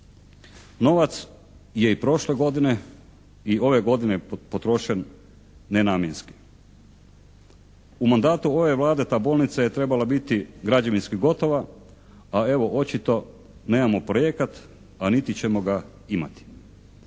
Novac je i prošle godine i ove godine potrošen nenamjenski. U mandatu ove Vlade ta bolnica je trebala biti građevinski gotova, a evo očito nemamo projekat, a niti ćemo ga imati.